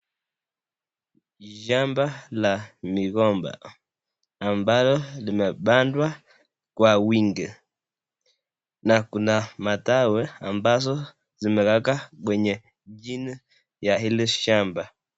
Shamba la migomba ambalo limepandwa kwa wingi na kuna matawi ambao zimekaakaa kwenye chini la hili shamba.